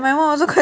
my one also quite